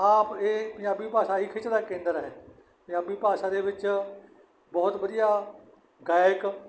ਆਪ ਇਹ ਪੰਜਾਬੀ ਭਾਸ਼ਾ ਹੀ ਖਿੱਚ ਦਾ ਕੇਂਦਰ ਹੈ ਪੰਜਾਬੀ ਭਾਸ਼ਾ ਦੇ ਵਿੱਚ ਬਹੁਤ ਵਧੀਆ ਗਾਇਕ